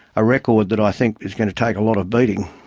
a record that i think is going to take a lot of beating.